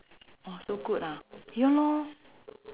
so good ah ya lor